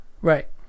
Right